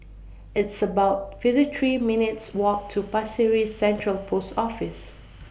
It's about fifty three minutes' Walk to Pasir Ris Central Post Office